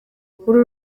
uru